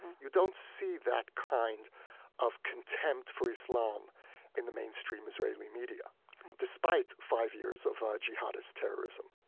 you don't see that kind of contempt for islam in the mainstream israeli media despite five years of jihadist terrorism.